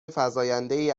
فزایندهای